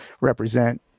represent